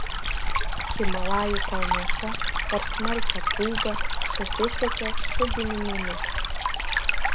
himalajų kalnuose per smarkią pūgą susisiekė su giminėmis